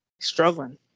Struggling